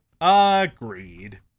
Agreed